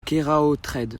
keraotred